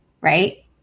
Right